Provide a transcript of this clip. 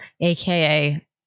AKA